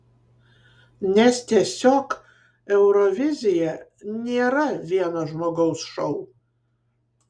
nes tiesiog eurovizija nėra vieno žmogaus šou